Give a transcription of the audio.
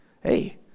Hey